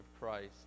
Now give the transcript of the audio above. Christ